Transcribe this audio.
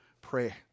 pray